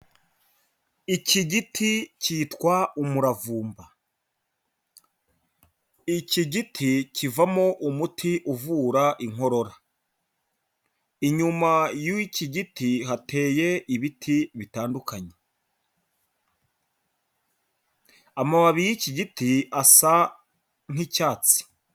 Iki giti kitwa umuravumba, iki giti kivamo umuti uvura inkorora, inyuma y'iki giti hateye ibiti bitandukanye, amababi y'iki giti asa nk'icyatsi.